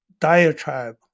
diatribe